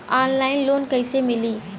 Online loan कइसे मिली?